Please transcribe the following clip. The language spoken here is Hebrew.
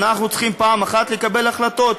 אנחנו צריכים פעם אחת לקבל החלטות.